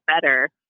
better